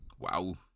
Wow